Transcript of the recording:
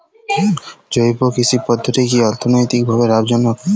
জৈব কৃষি পদ্ধতি কি অর্থনৈতিকভাবে লাভজনক?